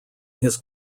his